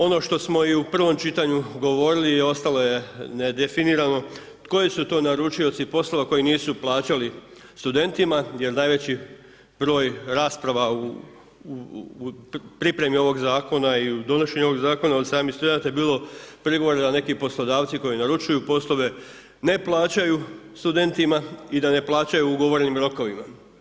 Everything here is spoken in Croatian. Ono što smo i u prvom čitanju govorili i ostalo je ne definirano koji su to naručioci poslova koji nisu plaćali studentima jer najveći broj rasprava u pripremi ovog zakona i u donošenju ovog zakona od samih studenata je bilo prigovora da neki poslodavci koji naručuju poslove ne plaćaju studentima i da ne plaćaju u ugovornim rokovima.